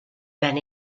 men